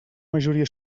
majoria